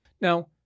Now